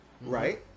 right